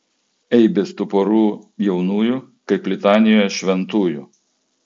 eibės tų porų jaunųjų kaip litanijoje šventųjų